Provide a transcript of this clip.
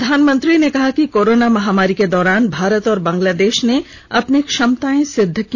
प्रधानमंत्री ने कहा कि कोरोना महामारी के दौरान भारत और बांग्लादेश ने अपनी क्षमताएं सिद्ध की